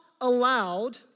allowed